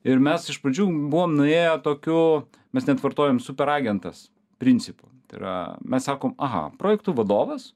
ir mes iš pradžių buvom nuėję tokiu mes net vartojom super agentas principu yra mes sakom aha projektų vadovas